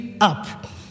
up